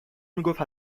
میگفت